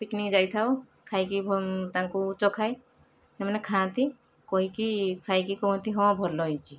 picnic ଯାଇଥାଉ ଖାଇକି ଏବଂ ତାଙ୍କୁ ଚଖାଏ ସେମାନେ ଖାଆନ୍ତି କହିକି ଖାଇକି କୁହନ୍ତି ହଁ ଭଲ ହେଇଛି